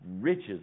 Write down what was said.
riches